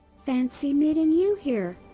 fancy meeting you here.